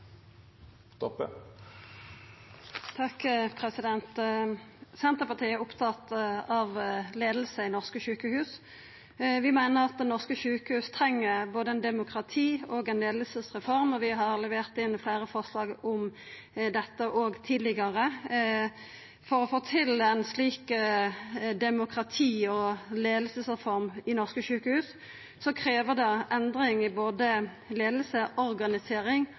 Senterpartiet er opptatt av leiing av norske sjukehus. Vi meiner at norske sjukehus treng ei demokrati- og leiingsreform, og vi har levert inn fleire forslag om dette òg tidlegare. For å få til ei slik demokrati- og leiingsreform i norske sjukehus krevst det endring i både leiing, organisering